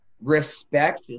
respect